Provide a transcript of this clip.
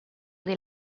dei